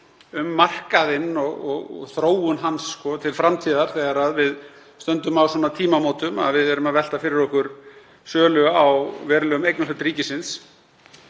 um markaðinn og þróun hans til framtíðar þegar við stöndum á þeim tímamótum að vera að velta fyrir okkur sölu á verulegum eignarhlut ríkisins.